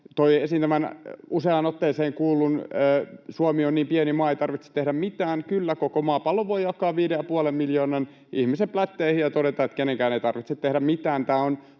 esiin tämän useaan otteeseen kuullun "Suomi on niin pieni maa, ei tarvitse tehdä mitään". Kyllä, koko maapallon voi jakaa 5,5 miljoonan ihmisen pläntteihin ja todeta, että kenenkään ei tarvitse tehdä mitään.